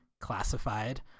classified